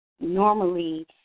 normally